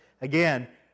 again